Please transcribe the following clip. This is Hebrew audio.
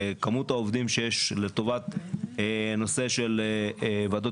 וכמות העובדים שיש לטובת הנושא של וועדות